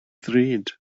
ddrud